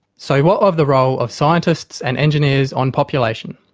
so what of the role of scientists and engineers on population?